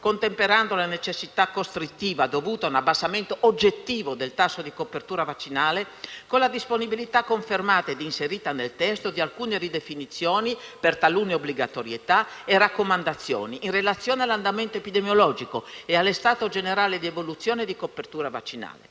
contemperando la necessità costrittiva dovuta a un abbassamento oggettivo del tasso di copertura vaccinale con la disponibilità, confermata e inserita nel testo, di alcune ridefinizioni per talune obbligatorietà e raccomandazioni, in relazione all'andamento epidemiologico e allo stato generale di evoluzione e di copertura vaccinale.